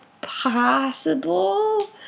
possible